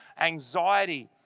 anxiety